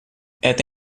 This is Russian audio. это